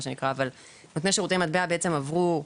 אבל נותני שירותי מטבע בעצם עברו,